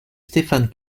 stéphane